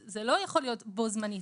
זה לא יכול להיות בו זמנית.